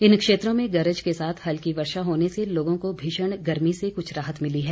इन क्षेत्रों में गरज के साथ हल्की वर्षा से लोगों को भीषण गर्मी से कुछ राहत मिली है